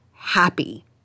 Happy